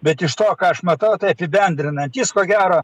bet iš to ką aš matau tai apibendrinant jis ko gero